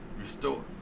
restore